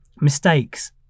mistakes